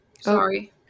sorry